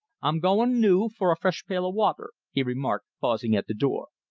i'm goin' noo for a fresh pail of watter, he remarked, pausing at the door,